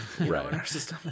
Right